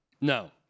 No